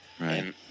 Right